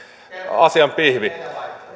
asian pihvi